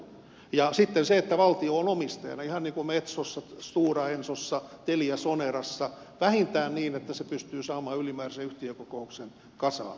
ja sitten on se että valtio on omistajana ihan niin kuin metsossa stora ensossa teliasonerassa vähintään niin että se pystyy saamaan ylimääräisen yhtiökokouksen kasaan